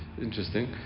Interesting